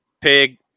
Pig